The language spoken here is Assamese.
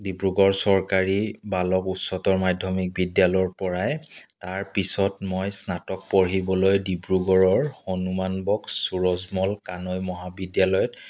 ডিব্ৰুগড় চৰকাৰী বালক উচ্চতৰ মাধ্যমিক বিদ্যালয়ৰ পৰাই তাৰ পিছত মই স্নাতক পঢ়িবলৈ ডিব্ৰুগড়ৰ হনুমানবক্স সুৰজমল কানৈ মহাবিদ্যালয়ত